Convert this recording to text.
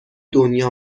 دنیا